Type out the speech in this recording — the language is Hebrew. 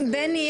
בני,